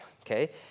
okay